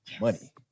money